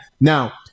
Now